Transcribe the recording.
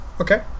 Okay